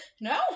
no